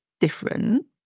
different